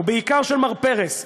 בעיקר של מר פרס,